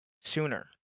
sooner